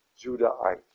Judahite